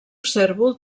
cérvol